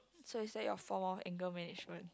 so is that your form of anger management